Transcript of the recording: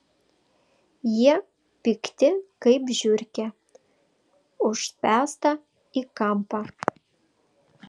jie pikti kaip žiurkė užspęsta į kampą